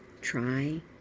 Try